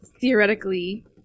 Theoretically